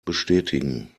bestätigen